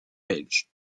belges